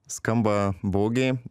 skamba baugiai